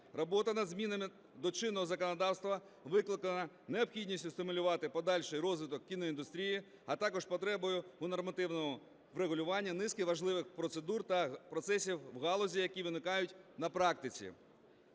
Робота над змінами до чинного законодавства викликана необхідністю стимулювати подальший розвиток кіноіндустрії, а також потребою у нормативному врегулюванні низки важливих процедур та процесів в галузі, які виникають на практиці.